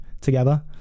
together